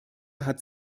hatte